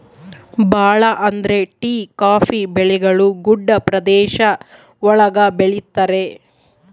ಭಾಳ ಅಂದ್ರೆ tea coffee ಬೆಳೆಗಳು ಗುಡ್ಡ ಪ್ರದೇಶ ಒಳಗ ಬೆಳಿತರೆ